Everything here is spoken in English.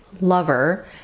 lover